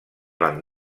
van